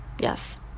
Yes